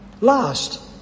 last